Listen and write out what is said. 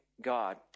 God